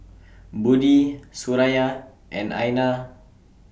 Budi Suraya and Aina